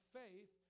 faith